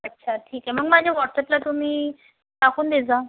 अच्छा ठीक आहे मग माझ्या व्हॉट्सॲपला तुम्ही टाकून दे